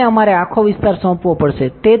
અને અમારે આખો વિસ્તાર સોંપવો પડશે